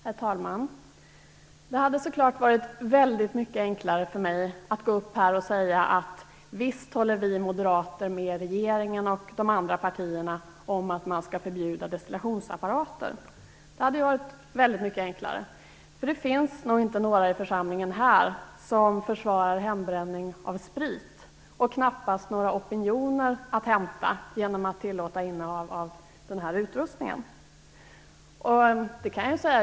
Herr talman! Det hade helt klart varit väldigt mycket enklare för mig att gå upp här och säga: Visst håller vi moderater med regeringen och de andra partierna om att man skall förbjuda destillationsapparater. Det är väl ingen i den här församlingen som försvarar hembränning av sprit, och det finns knappast några opinioner att hämta genom att tillåta innehav av sådan här utrustning.